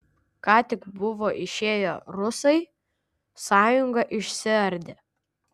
ką tik buvo išėję rusai sąjunga išsiardė